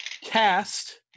cast